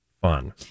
fun